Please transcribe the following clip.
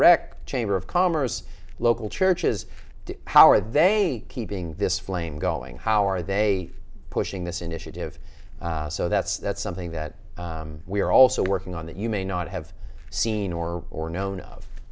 rec chamber of commerce local churches how are they keeping this flame going how are they pushing this initiative so that's that's something that we're also working on that you may not have seen or or know